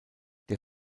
der